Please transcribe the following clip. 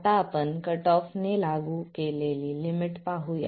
आता आपण कट ऑफने लागू केलेली लिमिट पाहूया